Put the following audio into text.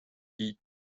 eat